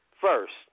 first